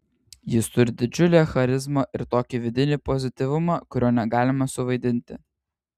jis turi didžiulę charizmą ir tokį vidinį pozityvumą kurio negalima suvaidinti